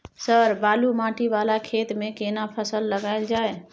Sir बालू माटी वाला खेत में केना फसल लगायल जाय?